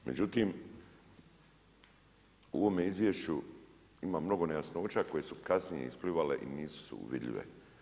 Međutim, u ovome izvješću ima mnogo nejasnoća koje su kasnije isplivale i nisu vidljive.